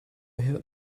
hear